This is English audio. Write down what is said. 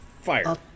fire